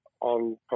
on